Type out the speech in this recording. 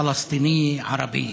פלסטינייה ערבייה.